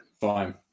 Fine